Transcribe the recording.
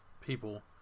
people